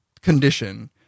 condition